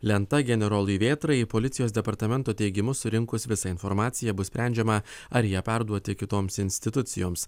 lenta generolui vėtrai policijos departamento teigimu surinkus visą informaciją bus sprendžiama ar ją perduoti kitoms institucijoms